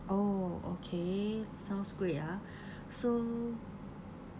oh okay sounds great ah so